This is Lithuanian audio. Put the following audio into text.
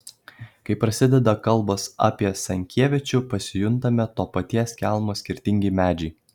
kai prasideda kalbos apie senkievičių pasijuntame to paties kelmo skirtingi medžiai